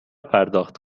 پرداخت